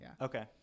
Okay